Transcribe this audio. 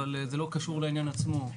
אבל זה לא קשור לעניין עצמו.